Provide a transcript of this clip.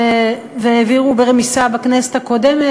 והעבירו ברמיסה בכנסת הקודמת,